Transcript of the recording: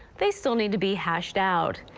they still need to be hashed out.